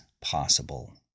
possible